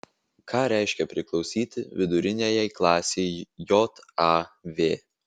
ką reiškia priklausyti viduriniajai klasei jav